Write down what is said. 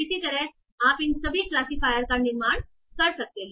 इसी तरह आप इन सभी क्लासिफायर का निर्माण कर सकते हैं